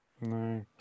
No